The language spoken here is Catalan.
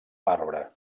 marbre